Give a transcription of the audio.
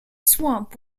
swamp